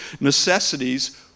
necessities